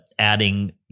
adding